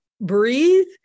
breathe